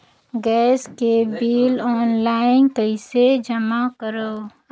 Gas के bill online कइसे जमा करव?